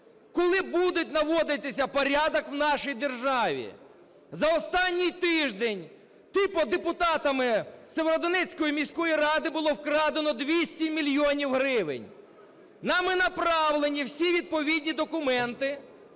Коли буде наводитись порядок в нашій державі? За останній тиждень типу депутатами Сєвєродонецької міської ради було вкрадено 200 мільйонів гривень. Нами направлені всі відповідні документи.